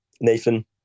Nathan